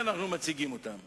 הייתי אומר חינוכית,